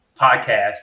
Podcast